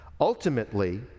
Ultimately